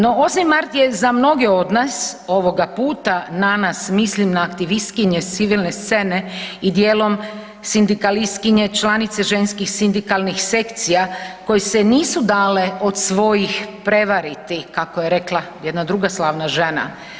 No 8. mart je za mnoge od nas, ovoga puta na nas mislim na aktivistkinje s civilne scene i dijelom sindikalistkinje članice ženskih sindikalnih sekcija koje se nisu dale od svojih prevariti, kako je rekla jedna druga slavna žena.